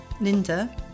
linda